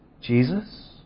Jesus